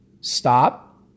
stop